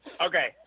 Okay